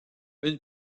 une